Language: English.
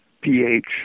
pH